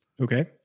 Okay